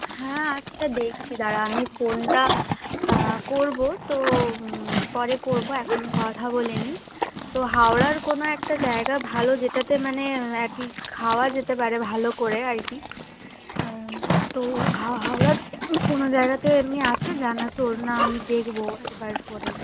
হ্যাঁ আচ্ছা দেখছি দাঁড়া আমি ফোনটা করব তো পরে করব এখন কথা বলে নিই তো হাওড়ার কোনো একটা জায়গা ভালো যেটাতে মানে আর কি খাওয়া যেতে পারে ভালো করে আর কি তো হাওড়ার কোনো জায়গাতে এমনি আছে জানা তোর না আমি দেখব একবার ফোনে